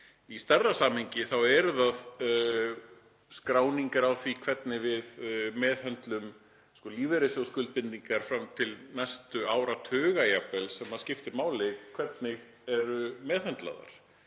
Í stærra samhengi þá eru það skráningar á því hvernig við meðhöndlum lífeyrissjóðsskuldbindingar, fram til næstu áratuga jafnvel, sem skiptir máli hvernig eru meðhöndlaðar